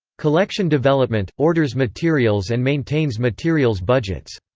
collection development orders materials and maintains materials budgets.